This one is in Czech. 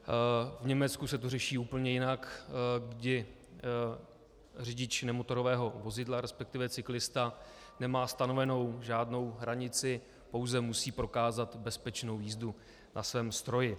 V Německu se to řeší úplně jinak, kdy řidič nemotorového vozidla, respektive cyklista, nemá stanovenou žádnou hranici, pouze musí prokázat bezpečnou jízdu na svém stroji.